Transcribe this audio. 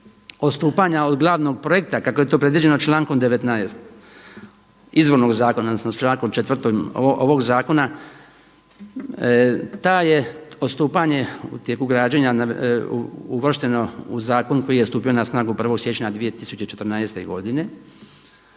odstupanja od glavnog projekta kako je to predviđeno člankom 19. izvornog zakona, odnosno člankom 4. ovog Zakona to je odstupanje u tijeku građenja uvršteno u zakon koji je stupio na snagu 1. siječnja 2014. godine.